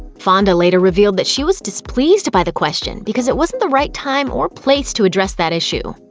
fonda later revealed that she was displeased by the question because it wasn't the right time or place to address that issue.